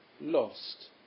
Lost